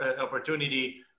opportunity